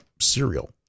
cereal